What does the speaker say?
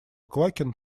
квакин